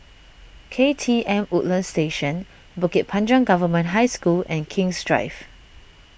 K T M Woodlands Station Bukit Panjang Government High School and King's Drive